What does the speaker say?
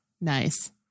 Nice